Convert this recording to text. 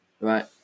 right